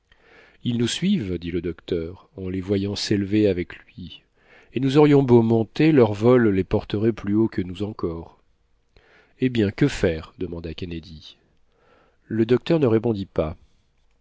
ils nous suivent dit le docteur en les voyant s'élever avec lui et nous aurions beau monter leur vol les porterait plus haut que nous encore eh bien que faire demanda kennedy le docteur ne répondit pas